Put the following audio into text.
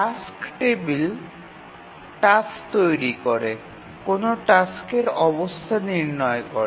task table task তৈরি করে কোনও টাস্কের অবস্থা নির্ণয় করে